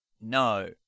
no